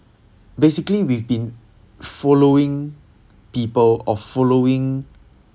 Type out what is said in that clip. basically we've been following people or following